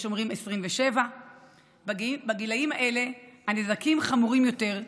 יש אומרים 27. בגילים האלה הנזקים חמורים יותר,